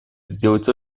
сделать